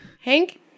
Hank